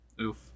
Oof